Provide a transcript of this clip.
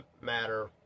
matter